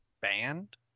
band